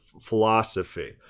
philosophy